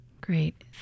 Great